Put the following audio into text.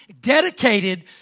dedicated